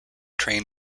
train